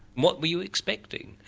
what were you expecting?